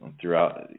throughout